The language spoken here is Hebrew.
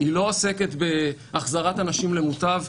היא לא עוסקת בהחזרת אנשים למוטב,